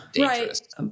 Right